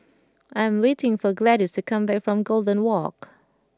I am waiting for Gladyce to come back from Golden Walk